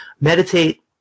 meditate